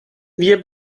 wir